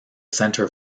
centre